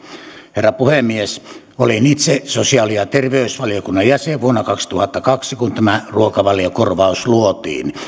herra puhemies olin itse sosiaali ja terveysvaliokunnan jäsen vuonna kaksituhattakaksi kun tämä ruokavaliokorvaus luotiin